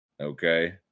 Okay